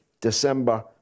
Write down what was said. December